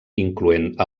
incloent